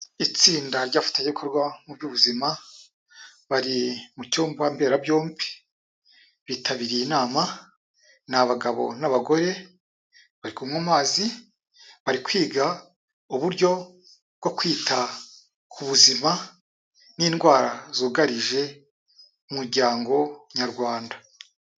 Itsinda ry'abafatanyabikorwa mu by'ubuzima bari mu cyumba mbera byombi, bitabiriye inama, ni abagabo n'abagore, bari kunywa amazi, bari kwiga uburyo bwo kwita ku buzima n'indwara zugarije umuryango nyarwanda.